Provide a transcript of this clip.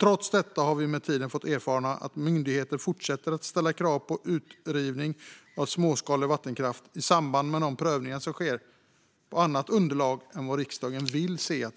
Trots detta har vi med tiden fått erfara att myndigheter fortsätter att ställa krav på utrivning av småskalig vattenkraft i samband med de prövningar som sker på annat underlag än det som riksdagen vill se.